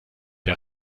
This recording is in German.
der